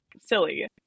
silly